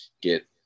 get